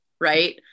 right